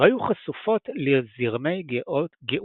והיו חשופות לזרמי גאות מהירים.